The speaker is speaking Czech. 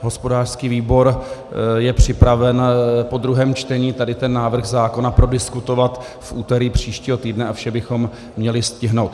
Hospodářský výbor je připraven po druhém čtení návrh zákona prodiskutovat v úterý příštího týdne a vše bychom měli stihnout.